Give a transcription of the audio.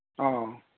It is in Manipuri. ꯑꯧ